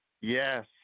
Yes